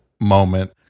moment